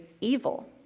evil